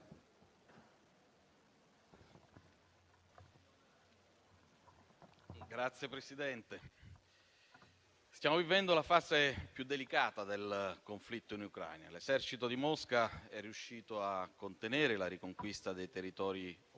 Signor Presidente, stiamo vivendo la fase più delicata del conflitto in Ucraina: da un lato, l'esercito di Mosca è riuscito a contenere la riconquista dei territori occupati